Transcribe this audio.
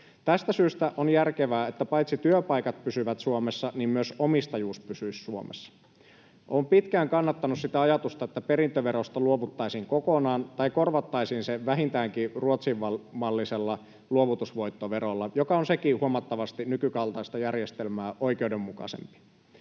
Tästä syystä on järkevää, että paitsi työpaikat pysyvät Suomessa myös omistajuus pysyisi Suomessa. Olen pitkään kannattanut sitä ajatusta, että perintöverosta luovuttaisiin kokonaan tai korvattaisiin se vähintäänkin Ruotsin-mallisella luovutusvoittoverolla, joka on sekin huomattavasti nykykaltaista järjestelmää oikeudenmukaisempi.